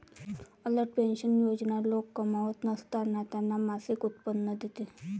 Atal pension योजना लोक कमावत नसताना त्यांना मासिक उत्पन्न देते